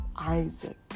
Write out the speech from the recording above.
Isaac